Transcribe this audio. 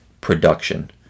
production